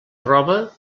roba